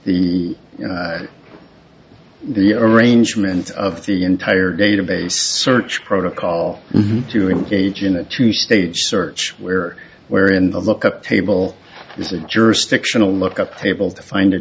the the arrangement of the entire database search protocol to engage in a two stage search where where in the lookup table is a jurisdictional look up table to find a